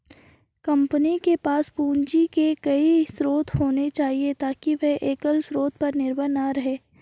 company के पास पूंजी के कई स्रोत होने चाहिए ताकि वे एकल स्रोत पर निर्भर न रहें